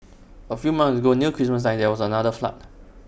A few months ago near Christmas time there was another flood